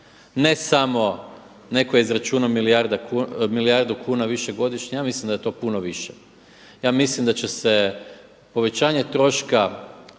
ne samo, neko je izračunao milijardu kuna više godišnje, ja mislim da je to puno više. Ja mislim da će se povećanje troška